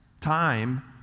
time